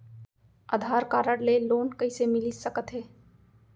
आधार card ले loan कइसे मिलिस सकत हे?